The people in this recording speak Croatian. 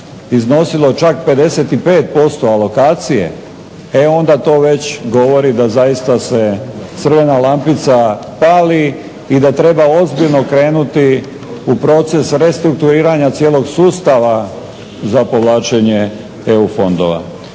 iznosilo čak 55% alokacije, e onda to već govori da zaista se crvena lampica pali i da treba ozbiljno krenuti u proces restrukturiranja cijelog sustava za povlačenje EU fondova.